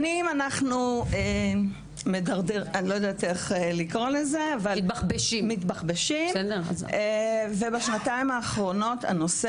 שנים אנחנו עומדים במקום ובשנתיים האחרונות הנושא